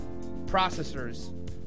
processors